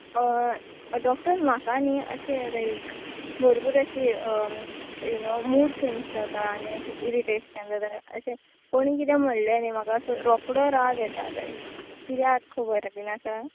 doctor म्हाका न्ही अशें लायक भरपूर अशी यू नो मूड स्विंग्स जाता आनी अशें इरिटेशन जाता अशें कोणीय कितें म्हळ्ळें न्ही म्हाका असो रोखडो राग येता लायक किद्याक खबर बीन आसा